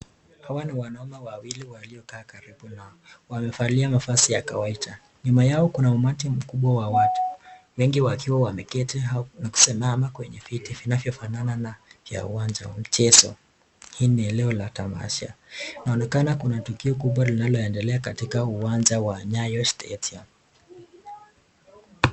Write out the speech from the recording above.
Hawa ni wanaume wawili waliokaa karibu nao wamevalia mavazi ya kawaida. Nyuma yao kuna umati mkubwa wa watu, wengi wakiwa wameketi na kusimama kwenye viti vinavyofanana na vya uwanja wa mchezo. Hii ni eneo la tamasha. Inaonekana kuna tukio kubwa linaloendelea katika uwanja wa Nyayo [stadium].